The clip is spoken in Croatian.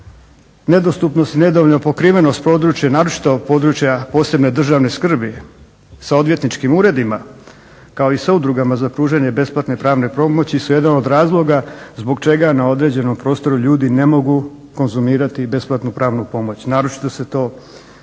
nedostupnost i nedovoljna pokrivenost područja, naročito područja posebne državne skrbi sa odvjetničkim uredima, kao i sa udrugama za pružanje besplatne pravne pomoći su jedan od razloga zbog čega na određenom prostoru ljudi ne mogu konzumirati besplatnu pravnu pomoć.